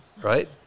Right